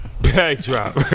Backdrop